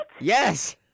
Yes